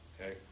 Okay